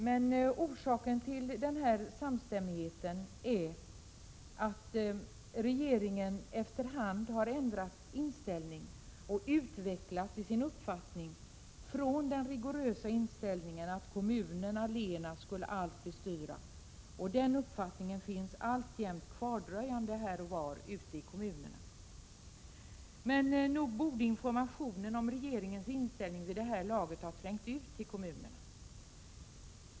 Men orsaken till denna samstämmighet är att regeringen efter hand har ändrat inställning och utvecklat sin uppfattning — från den rigorösa inställningen att kommunen allena skulle allt bestyra, en inställning som alltjämt dröjer kvar här och var ute i kommunerna. Men nog borde informationen om regeringens uppfattning vid det här laget ha trängt ut till kommunerna.